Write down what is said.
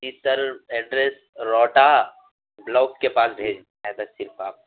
جی sir address Rohta block کے پاس بھیجنا ہے سر صرف آپ کو